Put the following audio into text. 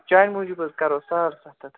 چانہِ موٗجوٗب حظ کَرو ساڑ ستھ ہتھ